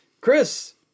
Chris